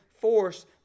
force